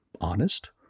Honest